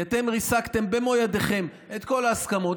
כי אתם ריסקתם במו ידיכם את כל ההסכמות,